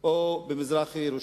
או במזרח-ירושלים.